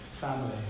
family